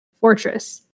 fortress